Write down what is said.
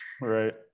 right